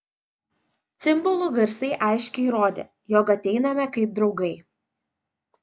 cimbolų garsai aiškiai rodė jog ateiname kaip draugai